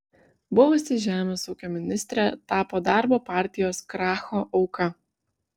buvusi žemės ūkio ministrė tapo darbo partijos kracho auka